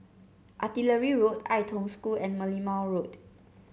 Artillery Road Ai Tong School and Merlimau Road